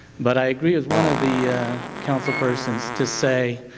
but i agree with one of the council persons to say